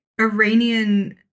Iranian